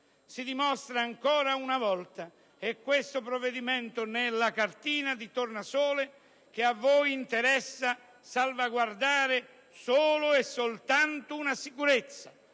Si dimostra, ancora una volta - e questo provvedimento ne è la cartina di tornasole - che a voi interessa salvaguardare solo e soltanto una sicurezza: